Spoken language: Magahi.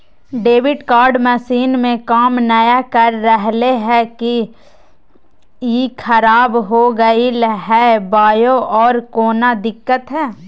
डेबिट कार्ड मसीन में काम नाय कर रहले है, का ई खराब हो गेलै है बोया औरों कोनो दिक्कत है?